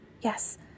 Yes